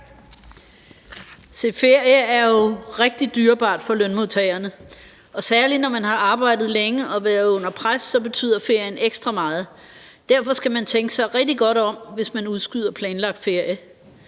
ferie er jo rigtig dyrebart for lønmodtagerne. Og særlig, når man har arbejdet længe og været under pres, betyder ferien ekstra meget. Derfor skal man tænke sig rigtig godt om, hvis man udskyder planlagt ferie.